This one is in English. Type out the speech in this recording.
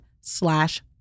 slash